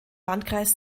landkreis